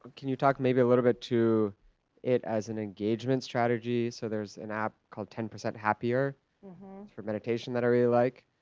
can you talk maybe a little bit to it as an engagement strategy? so there's an app called ten percent happier for meditation that i really like.